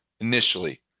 initially